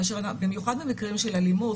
במיוחד במקרים של אלימות,